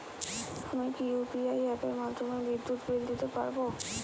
আমি কি ইউ.পি.আই অ্যাপের মাধ্যমে বিদ্যুৎ বিল দিতে পারবো কি?